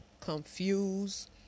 confused